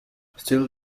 still